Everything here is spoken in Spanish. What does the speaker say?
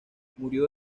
murió